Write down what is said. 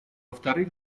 вторых